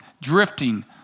drifting